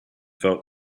felt